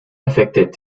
affected